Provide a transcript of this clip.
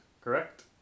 Correct